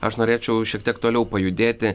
aš norėčiau šiek tiek toliau pajudėti